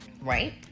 right